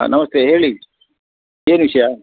ಹಾಂ ನಮಸ್ತೆ ಹೇಳಿ ಏನು ವಿಷಯ